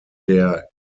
der